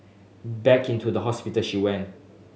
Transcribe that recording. back into the hospital she went